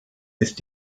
ist